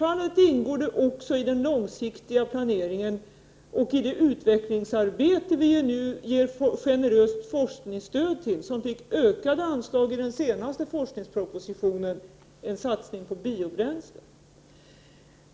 Givetvis ingår det också i den långsiktiga planeringen och i det utvecklingsarbete som vi nu ger ett generöst forskningsstöd till, och som fick ökade anslag i den senaste forskningspropositionen, en satsning på biobränsle.